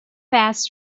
passed